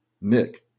Nick